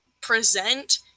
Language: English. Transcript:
present